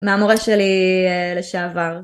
מהמורה שלי לשעבר.